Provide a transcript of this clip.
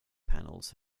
panels